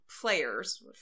players